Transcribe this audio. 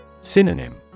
Synonym